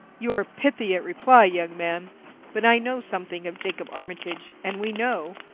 you are pithy at reply, young man but i know something of jacob armitage, and we know,